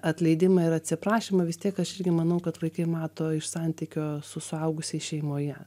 atleidimą ir atsiprašymą vis tiek aš irgi manau kad vaikai mato iš santykio su suaugusiais šeimoje